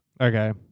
Okay